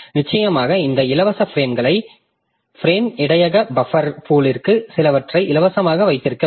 நிச்சயமாக இந்த இலவச பிரேம் இடையக பஃப்ர் பூல்ற்கு சிலவற்றை இலவசமாக வைத்திருக்க வேண்டும்